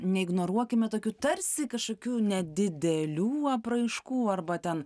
neignoruokime tokių tarsi kažkokių nedidelių apraiškų arba ten